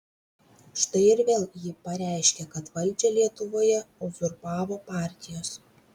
štai ir vėl ji pareiškė kad valdžią lietuvoje uzurpavo partijos